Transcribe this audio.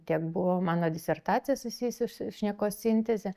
tiek buvo mano disertacija susijusi su šnekos sinteze